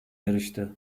yarıştı